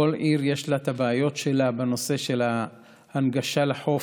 לכל עיר יש את הבעיות שלה בנושא של ההנגשה לחוף.